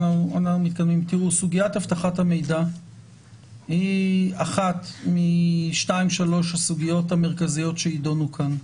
סוגיית אבטחת המידע היא אחת משתיים-שלוש הסוגיות המרכזיות שיידונו כאן.